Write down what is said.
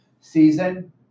season